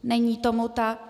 Není tomu tak.